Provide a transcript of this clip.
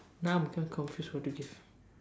now I'm just confused what to give